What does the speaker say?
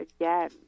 again